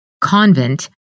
convent